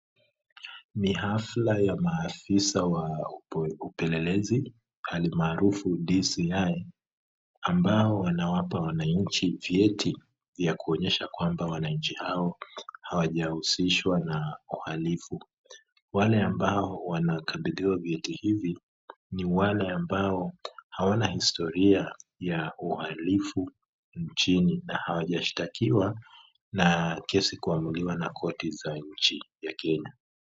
Ni hafla ya maafisa wa upelelzi halmaarufu DCI ambao wanawapa wanachi vyeti vya kuonyesha kwamba wananchi hao hawajahusishwa na uhalifu, wale ambao wanakabidhiwa vyeti hivyo ni wale ambao hawana historia ya uhalifu nchini na hawajashtakiwa na kesi kuamuliwa na korti za nchi ya Kenya.